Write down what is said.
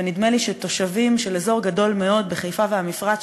נדמה לי שתושבים של אזור גדול מאוד של חיפה והמפרץ,